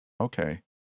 okay